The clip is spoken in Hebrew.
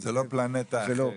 זה לא פלנטה אחרת.